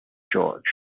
georg